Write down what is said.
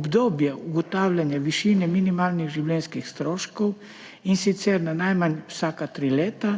obdobje ugotavljanja višine minimalnih življenjskih stroškov, in sicer na najmanj vsaka tri leta,